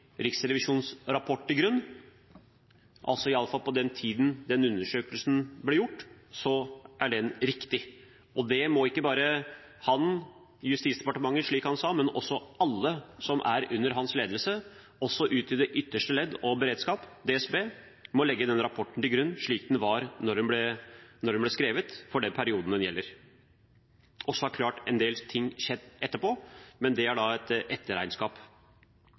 Riksrevisjonens rapport til grunn, og at iallfall på den tiden undersøkelsen ble gjort, var den riktig. Ikke bare han og Justisdepartementet, slik han sa, men også alle som er under hans ledelse, også ut i det ytterste ledd og beredskap, DSB, må legge rapporten til grunn slik den var da den ble skrevet, og for den perioden den gjelder. Så har en del ting klart skjedd etterpå, men det er da